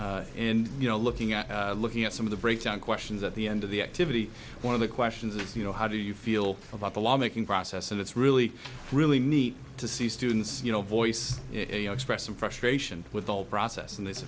work and you know looking at looking at some of the breakdown questions at the end of the activity one of the questions is you know how do you feel about the law making process and it's really really neat to see students you know voice you know express some frustration with all process and this